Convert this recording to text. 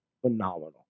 phenomenal